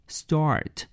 start